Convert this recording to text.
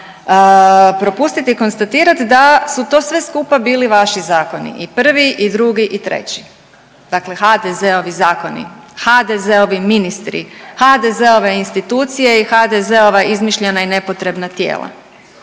propustit i konstatirat da su to sve skupa bili vaši zakonu i prvi i drugi i treći, dakle HDZ-ovi zakoni, HDZ-ovi ministri, HDZ-ove institucije i HDZ-ova izmišljena i nepotrebna tijela.